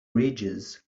ridges